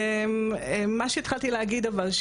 מה שהתחלתי להגיד אבל,